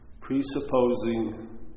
Presupposing